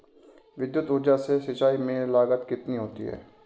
विद्युत ऊर्जा से सिंचाई में लागत कितनी होती है?